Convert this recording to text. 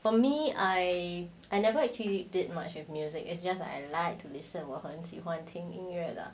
for me I I never actually did much of music is just uh and like to listen 我很喜欢听音乐的